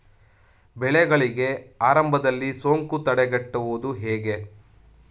ಬೆಳೆಗಳಿಗೆ ಆರಂಭದಲ್ಲಿ ಸೋಂಕು ತಡೆಗಟ್ಟುವುದು ಹೇಗೆ?